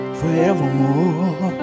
forevermore